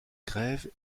grèves